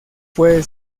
puede